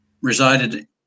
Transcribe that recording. resided